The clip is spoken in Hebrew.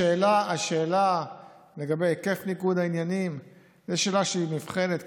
השאלה לגבי היקף ניגוד העניינים זו שאלה שנבחנת.